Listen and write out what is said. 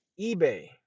eBay